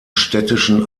städtischen